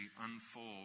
unfold